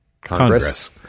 Congress